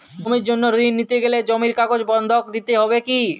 জমির জন্য ঋন নিতে গেলে জমির কাগজ বন্ধক দিতে হবে কি?